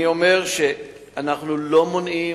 אני אומר שאנחנו לא מונעים,